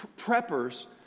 Preppers